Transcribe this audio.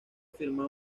firmado